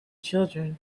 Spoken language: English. children